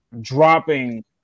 dropping